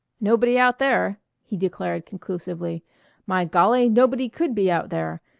nobody out there, he declared conclusively my golly, nobody could be out there.